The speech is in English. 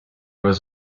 was